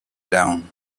down